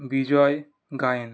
Bijoy Gayen